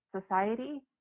society